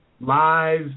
live